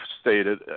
stated